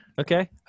Okay